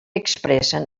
expressen